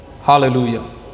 Hallelujah